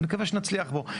ונקווה שנצליח בו.